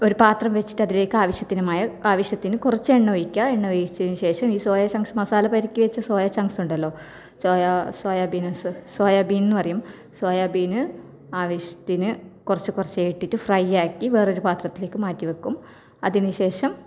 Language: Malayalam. ഒരു പാത്രം വെച്ചിട്ട് അതിലേക്ക് ആവശ്യത്തിന് മായ ആവശ്യത്തിന് കുറച്ച് എണ്ണ ഒഴിക്കുക എണ്ണ ഒഴിച്ചതിന് ശേഷം ഈ സോയാ ചങ്ക്സ് മസാല പെരക്കി വെച്ച സോയ ചങ്ക്സുണ്ടല്ലോ സോയ സോയാബീൻസ് സോയാബീൻ എന്ന് പറയും സോയാബീന് ആവശ്യത്തിന് കു റച്ച് കുറച്ചായിട്ട് ഫ്രൈ ആക്കി വേറൊരു പാത്രത്തിലേക്ക് മാറ്റി വെക്കും അതിന് ശേഷം